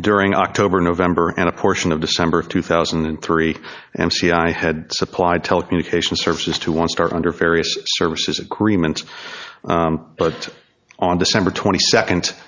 during october november and a portion of december of two thousand and three and c i had supplied telecommunications services to one start under various services agreement but on december twenty second